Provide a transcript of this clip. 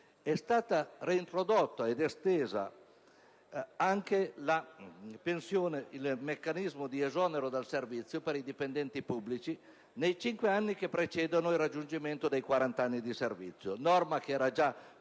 È stato reintrodotto ed esteso anche il meccanismo di esonero dal servizio per i dipendenti pubblici nei cinque anni che precedono il raggiungimento dei 40 anni di servizio, norma già presente